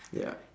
ya